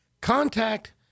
contact